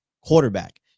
quarterback